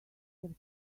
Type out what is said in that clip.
have